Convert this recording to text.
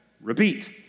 repeat